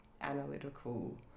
analytical